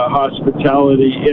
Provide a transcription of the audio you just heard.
hospitality